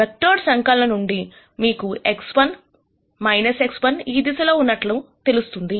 vector సంకలన నుండి మీకు X1 X1 ఈ దిశలో ఉన్నట్లు తెలుస్తుంది